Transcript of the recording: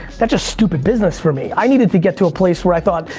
that's just stupid business for me. i needed to get to a place where i thought,